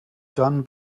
done